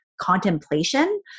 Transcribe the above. contemplation